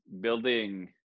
building